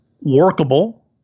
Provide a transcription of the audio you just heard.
workable